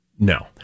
No